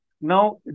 Now